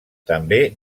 també